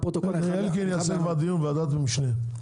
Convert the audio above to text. אלקין יעשה כבר דיון בוועדת המשנה.